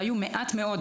והיו מעט מאוד.